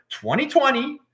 2020